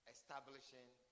Establishing